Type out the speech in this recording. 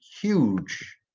huge